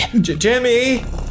Jimmy